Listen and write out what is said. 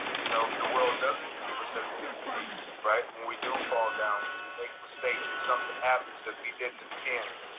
you know the world doesn't give us everything we need. when we do fall down, we make mistakes, when something happens that we didn't intend.